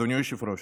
אדוני היושב-ראש,